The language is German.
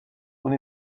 und